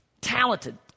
Talented